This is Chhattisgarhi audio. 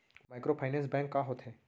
माइक्रोफाइनेंस बैंक का होथे?